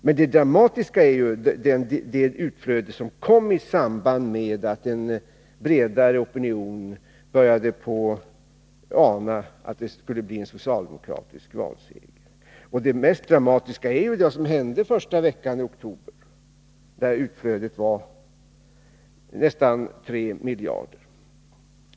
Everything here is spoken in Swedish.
Men det dramatiska som skedde var ju att det blev ett valutautflöde i samband med att en bredare opinion började ana att det skulle bli en socialdemokratisk valseger. Det mest dramatiska var det som hände den första veckan i oktober. Då var utflödet nästan 3 miljarder.